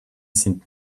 sind